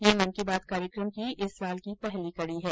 यह मन की बात कार्यक्रम इस साल की पहली कड़ी है